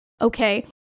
Okay